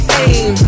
aim